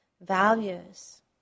values